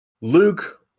Luke